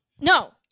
No